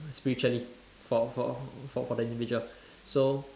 spiritually for for for for for the individual so